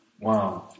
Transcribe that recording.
Wow